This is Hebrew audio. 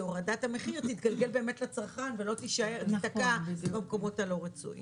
שהורדת המחיר תתגלגל באמת לצרכן ולא תיתקע במקומות הלא רצויים.